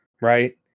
right